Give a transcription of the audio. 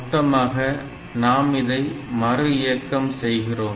மொத்தமாக நாம் இதை மறு இயக்கம் செய்கிறோம்